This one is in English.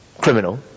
criminal